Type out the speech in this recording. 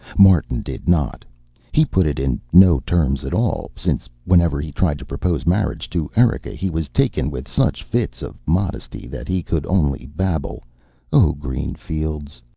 martin did not he put it in no terms at all, since whenever he tried to propose marriage to erika he was taken with such fits of modesty that he could only babble o' green fields.